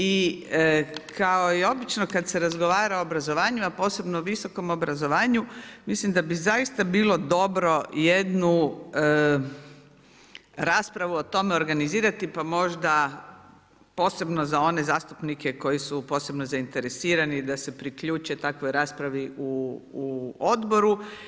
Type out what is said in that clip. I kao i obično kad se razgovara o obrazovanju, a posebno o visokom obrazovanju, mislim da bi zaista bilo dobro jednu raspravu o tome organizirati, pa možda posebno za one zastupnike, koji su posebno zainteresirani, da se priključe takvoj raspravi u odboru.